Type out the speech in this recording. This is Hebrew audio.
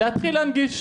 להתחיל להנגיש.